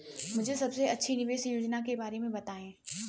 मुझे सबसे अच्छी निवेश योजना के बारे में बताएँ?